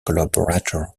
collaborator